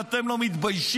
ואתם לא מתביישים?